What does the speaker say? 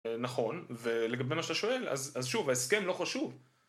נכון, ולגבי מה שאתה שואל, אז שוב, ההסכם לא חשוב.